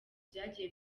byagiye